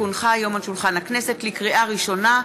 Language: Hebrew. כי הונחה היום על שולחן הכנסת, לקריאה ראשונה,